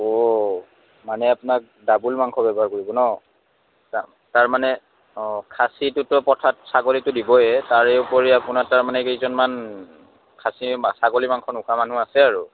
অঁ মানে আপোনাক ডাবোল মাংস ব্যৱহাৰ কৰিব ন তাৰমানে অঁ খাচীটোতো পথাত ছাগলীটোতো দিবয়েই তাৰে উপৰি আপোনাৰ তাৰমানানে কেইজনমান খাচী ছাগলী মাংস নোখোৱা মানুহ আছে আৰু